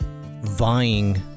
vying